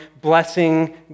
blessing